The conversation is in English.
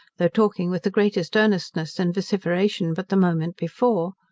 though talking with the greatest earnestness and vociferation but the moment before.